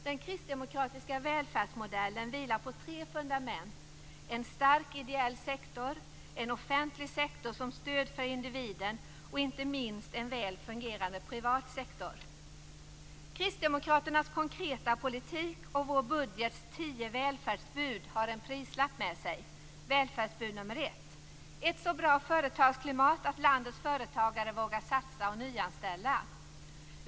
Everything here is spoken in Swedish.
Den kristdemokratiska välfärdsmodellen vilar på tre fundament: en stark ideell sektor, en offentlig sektor som stöd för individen och inte minst en väl fungerande privat sektor. Kristdemokraternas konkreta politik och vår budgets tio välfärdsbud har en prislapp med sig. Välfärdsbud nummer ett: ett så bra företagsklimat att landets företagare vågar satsa och nyanställa.